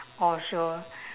or she will